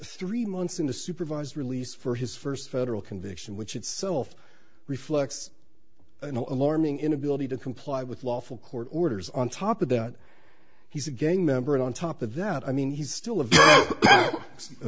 three months into supervised release for his first federal conviction which itself reflects an alarming inability to comply with lawful court orders on top of that he's a gang member and on top of that i mean he's still